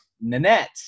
Nanette